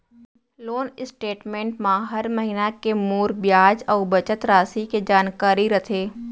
loan statement म हर महिना के मूर बियाज अउ बचत रासि के जानकारी रथे